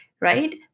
right